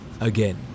again